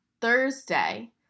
Thursday